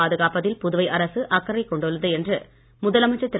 பாதுகாப்பதில் புதுவை அரசு அக்கறை கொண்டுள்ளது என்று முதலமைச்சர் திரு